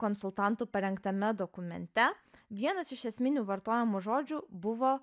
konsultantų parengtame dokumente vienas iš esminių vartojamų žodžių buvo